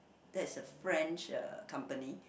that's a French uh company